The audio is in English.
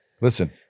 listen